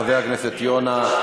תודה לחבר הכנסת יונה.